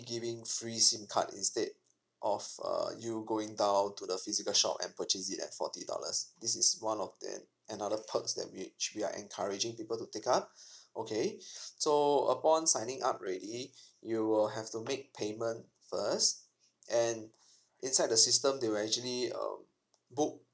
giving free sim card instead of err you going down to the physical shop and purchase it at forty dollars this is one of the another perks that which we are encouraging people to take up okay so upon signing up already you will have to make payment first and inside the system they will actually um book